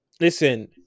Listen